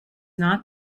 not